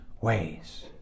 ways